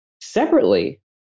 Separately